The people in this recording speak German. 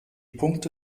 punkte